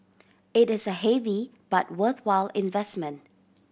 it is a heavy but worthwhile investment